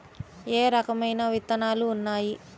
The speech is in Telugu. ఏ రకమైన విత్తనాలు ఉన్నాయి?